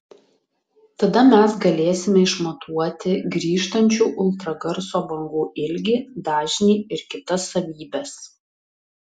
tada mes galėsime išmatuoti grįžtančių ultragarso bangų ilgį dažnį ir kitas savybes